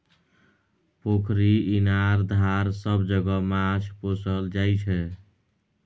पोखरि, इनार, धार सब जगह माछ पोसल जाइ छै